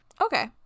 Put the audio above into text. Okay